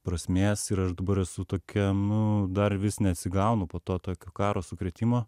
prasmės ir aš dabar esu tokiam nu dar vis neatsigaunu po to tokio karo sukrėtimo